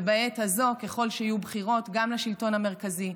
ובעת הזו, ככל שיהיו בחירות, גם לשלטון המרכזי,